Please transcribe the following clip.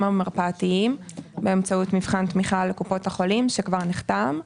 המרפאתיים באמצעות מבחן תמיכה לקופות החולים שכבר נחתם,